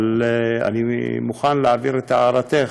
אבל אני מוכן להעביר את הערתך